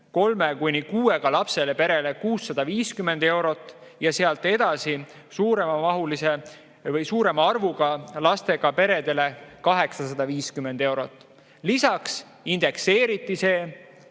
kolme kuni kuue lapsega perele 650 eurot ja sealt edasi suurema arvuga lastega peredele 850 eurot. Lisaks indekseeriti see